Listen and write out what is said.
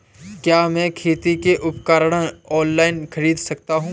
क्या मैं खेती के उपकरण ऑनलाइन खरीद सकता हूँ?